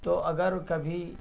تو اگر کبھی